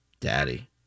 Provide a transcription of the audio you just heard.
Daddy